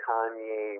Kanye